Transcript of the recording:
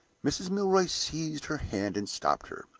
mrs. milroy seized her hand and stopped her.